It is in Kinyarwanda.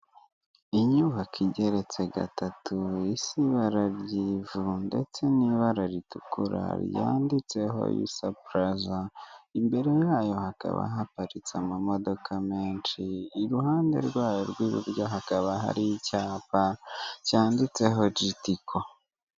Inyubako igeretse gatatu isa ibara ry'ivu ndetse n'ibara ritukura ryanditseho yusa puraza, imbere yayo hakaba haparitse amamodoka menshi iruhande rwayo rw'iburyo hakaba hari icyapa cyanditseho jitiko.